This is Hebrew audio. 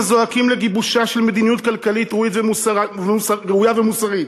הזועקים לגיבושה של מדיניות כלכלית ראויה ומוסרית.